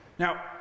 Now